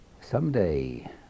Someday